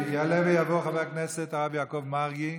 יעלה ויבוא חבר הכנסת הרב יעקב מרגי.